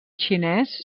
xinès